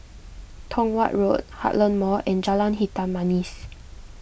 Tong Watt Road Heartland Mall and Jalan Hitam Manis